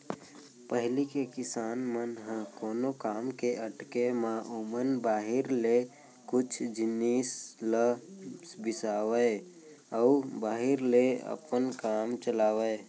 पहिली के किसान मन ह कोनो काम के अटके म ओमन बाहिर ले कुछ जिनिस ल बिसावय अउ बाहिर ले अपन काम चलावयँ